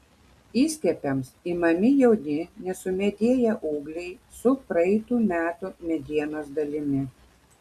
įskiepiams imami jauni nesumedėję ūgliai su praeitų metų medienos dalimi